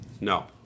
No